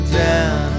down